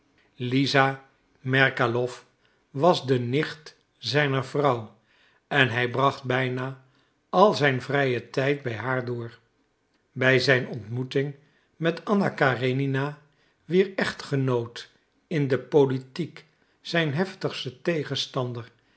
lisa merkalow was de nicht zijner vrouw en hij bracht bijna al zijn vrijen tijd bij haar door bij zijn ontmoeting met anna karenina wier echtgenoot in de politiek zijn heftigste tegenstander